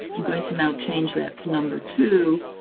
i'm going to now change that to number two,